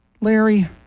Larry